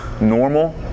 Normal